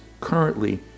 currently